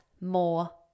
more